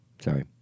Sorry